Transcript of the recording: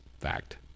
fact